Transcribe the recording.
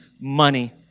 money